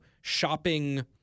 shopping